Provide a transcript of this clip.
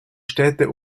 städte